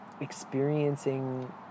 experiencing